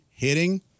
Hitting